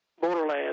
borderlands